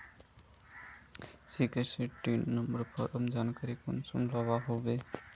Sixteen number farmer जानकारी कुंसम लुबा लागे?